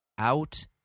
Out